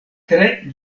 tre